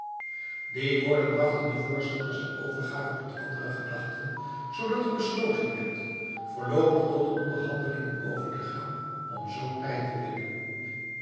die woorden brachten de voorstanders der overgave tot andere gedachten zoodat er besloten werd voorloopig tot onderhandelingen over te gaan om zoo tijd te winnen